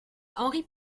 henri